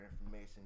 information